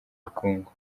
bukungu